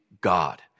God